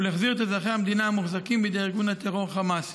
ולהחזיר את אזרחי המדינה המוחזקים בידי ארגון הטרור חמאס.